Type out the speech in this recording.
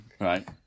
right